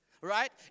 right